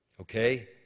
Okay